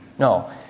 No